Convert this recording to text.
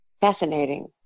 fascinating